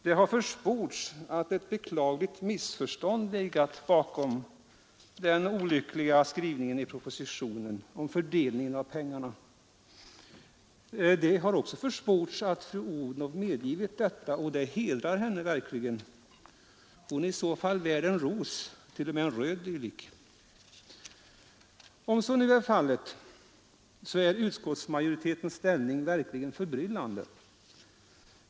Det har försports att ett beklagligt missförstånd har legat bakom den olyckliga skrivningen i propositionen rörande fördelningen av pengarna. Det har också försports att fru Odhnoff har medgivit detta, och det hedrar henne verkligen. I så fall är hon värd en ros för det — t.o.m. en röd sådan. Och om det är riktigt som det försports, så är utskottsmajoritetens ställning verkligen förbryllande.